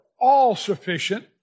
all-sufficient